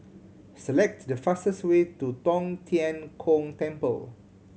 select the fastest way to Tong Tien Kung Temple